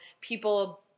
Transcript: people